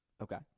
Okay